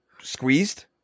squeezed